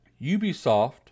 Ubisoft